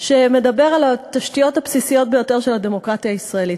שמדבר על התשתיות הבסיסיות ביותר של הדמוקרטיה הישראלית.